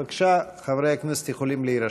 בבקשה, חברי הכנסת יכולים להירשם.